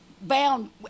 bound